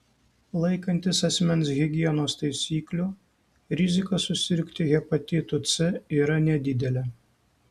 laikantis asmens higienos taisyklių rizika susirgti hepatitu c yra nedidelė